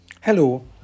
Hello